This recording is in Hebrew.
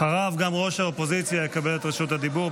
אחריו גם ראש האופוזיציה יקבל את רשות הדיבור.